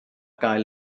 gael